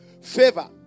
Favor